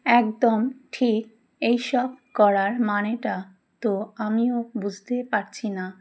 একদম ঠিক এইসব করার মানেটা তো আমিও বুঝতেই পারছি না